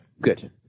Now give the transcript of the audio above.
good